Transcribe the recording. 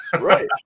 right